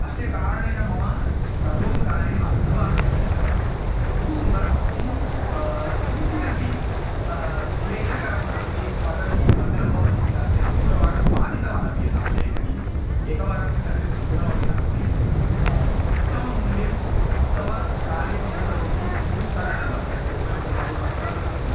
अस्य कारणेन मम सर्वं कार्यम् अर्धभागमेव जातं बहु सुन्दरम् अस्ति किञ्चिदपि क्लेशकरं नास्ति पतति भग्नं भवति इति नास्ति आं द्वित्रिवारं पातितवानपि एतां लेखनीं एकवारम् एतस्याः भग्नम् अपि नास्ति उत्तममूल्यम् उत्तमकार्यमपि करोति बहुसरलम् अस्ति अस्य उपयोगः बहु कष्टं नास्ति